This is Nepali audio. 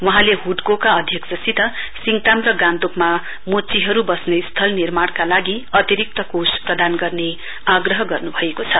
वहाँले हुडकोका अध्यक्षसित सिङताम र गान्तोकमा मोचीहरु वस्ने स्थल निर्माणका लागि अतिरिक्त कोष प्रदान गर्ने आग्रह गर्नुभएको छ